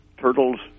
turtles